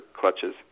clutches